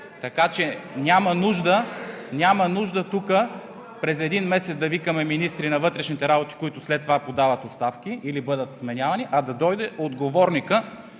и реплики от ГЕРБ) през един месец да викаме министрите на вътрешните работи, които след това подават оставки или са сменявани, а да дойде отговорникът,